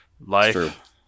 life